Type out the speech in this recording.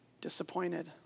disappointed